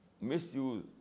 misuse